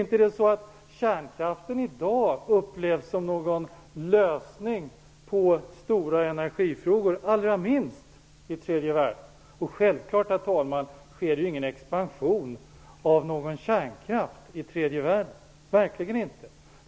Inte är det så att kärnkraften i dag upplevs som någon lösning på stora energifrågor, allra minst i tredje världen. Självklart, herr talman, sker ingen expansion av kärnkraft i tredje världen, verkligen inte!